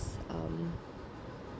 um